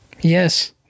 Yes